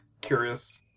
curious